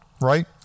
right